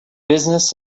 business